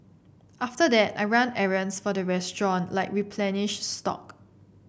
after that I run errands for the restaurant like replenish stock